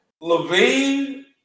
Levine